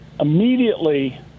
immediately